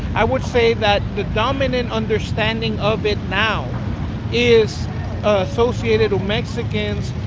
i would say that the dominant understanding of it now is associated with mexicans,